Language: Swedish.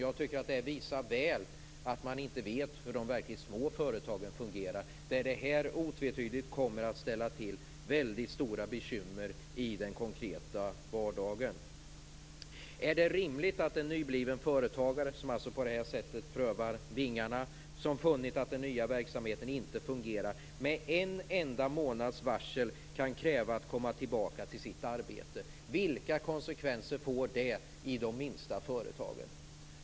Jag tycker att det visar väl att man inte vet hur de verkligt små företagen fungerar. För dem kommer det här otvetydigt att ställa till stora bekymmer i den konkreta vardagen. Är det rimligt att en nybliven företagare, som på detta sätt prövar vingarna men har funnit att den nya verksamheten inte fungerar, kan kräva att få komma tillbaka till sitt arbete med en enda månads varsel? Vilka konsekvenser får det i de minsta företagen?